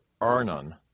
Arnon